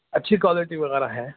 اچھی کوالیٹی وغیرہ ہے